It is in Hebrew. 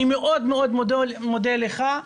אני מאוד מאוד מודה לך.